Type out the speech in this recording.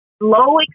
low